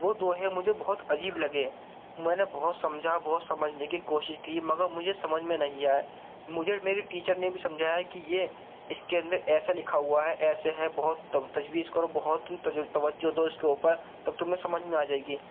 وہ دوہے مجھے بہت عجیب لگے میں نے بہت سمجھا بہت سمجھنے کی کوشش کی مگر مجھے سمجھ میں نہیں آئے مجھے میرے ٹیچر نے بھی سمجھایا کہ یہ اس کے اندر ایسا لکھا ہوا ہے ایسے ہے بہت تجویز کرو بہت تم توجہ دو اس کے اوپر تب تمہیں سمجھ میں آ جائے گی